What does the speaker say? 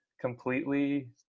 completely